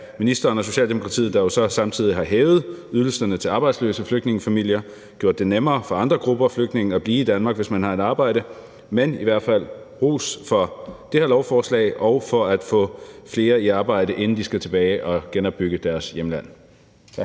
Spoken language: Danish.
ministeren og Socialdemokratiet, der jo så samtidig har hævet ydelserne til arbejdsløse flygtningefamilier og gjort det nemmere for andre grupper af flygtninge at blive i Danmark, hvis de har et arbejde. Men i hvert fald ros for det her lovforslag og for at få flere i arbejde, inden de skal tilbage og genopbygge deres hjemland.